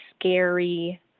scary